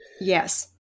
Yes